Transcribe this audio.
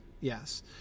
Yes